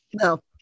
No